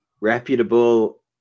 reputable